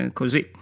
così